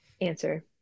answer